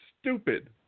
stupid